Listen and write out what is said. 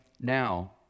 now